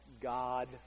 God